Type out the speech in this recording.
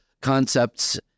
concepts